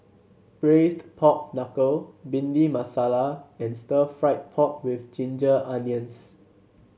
Braised Pork Knuckle Bhindi Masala and Stir Fried Pork with Ginger Onions